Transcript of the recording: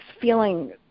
feeling